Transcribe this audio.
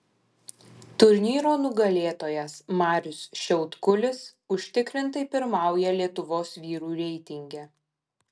turnyro nugalėtojas marius šiaudkulis užtikrintai pirmauja lietuvos vyrų reitinge